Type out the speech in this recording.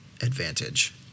advantage